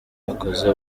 bakoze